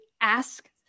ask